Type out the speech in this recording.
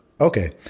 Okay